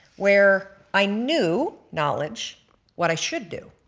where i knew knowledge what i should do.